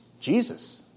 Jesus